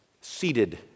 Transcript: seated